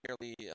nearly